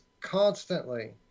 constantly